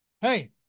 Hey